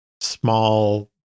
small